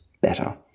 better